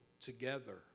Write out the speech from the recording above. together